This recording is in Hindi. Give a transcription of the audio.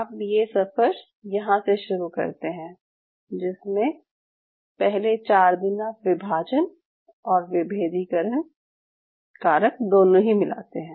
आप ये सफर यहाँ से शुरू करते हैं जिसमे पहले चार दिन आप विभाजन और विभेदीकरण कारक दोनों ही मिलते हैं